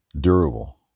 Durable